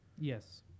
Yes